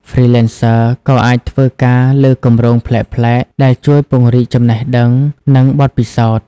Freelancers ក៏អាចធ្វើការលើគម្រោងប្លែកៗ ដែលជួយពង្រីកចំណេះដឹង និងបទពិសោធន៍។